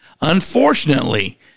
Unfortunately